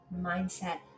mindset